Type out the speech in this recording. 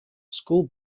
school